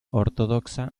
ortodoxa